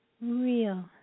real